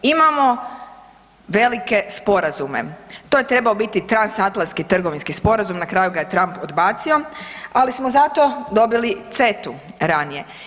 Imamo velike sporazume, to je trebao biti Transatlantski trgovinski sporazum, na kraju ga je Trump odbacio, ali smo zato dobili CET-u ranije.